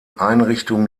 einrichtung